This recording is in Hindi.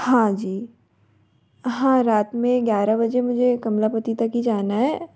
हाँ जी हाँ रात में ग्यारह बजे मुझे कमलापती तक ही जाना है